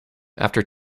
after